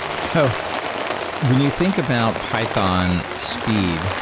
so when you think about python speed,